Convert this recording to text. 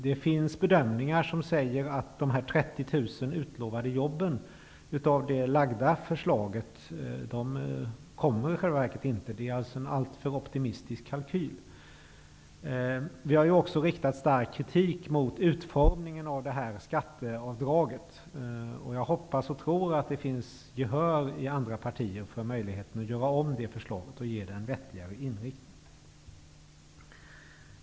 Det finns bedömningar som säger att de 30 000 utlovade jobben i det framlagda förslaget i själva verket inte kommer. Det är alltså en alltför optimistisk kalkyl. Vi har ju också riktat stark kritik mot utfomningen av det här skatteavdraget. Jag hoppas och tror att det finns gehör i andra partier för möjligheten att göra om det förslaget och ge det en vettigare inriktning.